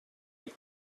and